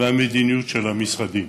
והמדיניות של המשרדים.